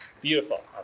Beautiful